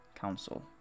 council